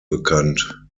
bekannt